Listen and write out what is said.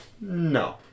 no